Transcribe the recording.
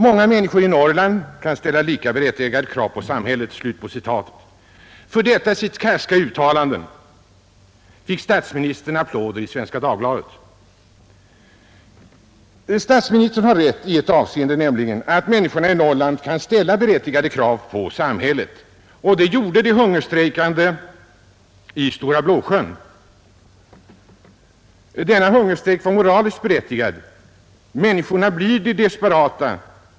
Många människor i Norrland kan ställa lika berättigade krav på samhället.” För detta sitt karska uttalande fick statsministern applåder i Svenska Dagbladet. Statsministern har rätt i ett avseende, nämligen att människorna i Norrland kan ställa berättigade krav på samhället — och det gjorde de hungerstrejkande i Stora Blåsjön. Denna hungerstrejk var moraliskt berättigad. Människorna blev desperata.